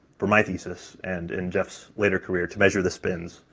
for my thesis and in jeff's later career to measure the spins,